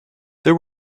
there